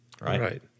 right